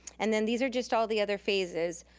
and then these are just all the other phases.